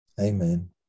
Amen